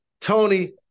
Tony